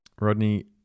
rodney